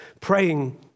praying